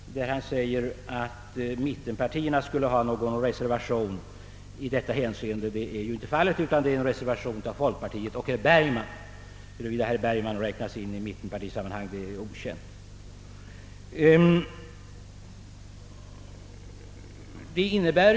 Han säger att mittenpartierna skulle ha fogat en reservation vid denna punkt. Så är inte fallet, utan det är en reservation av folkpartister och herr Berg man. Att herr Bergman räknas till mittenpartierna är mig obekant.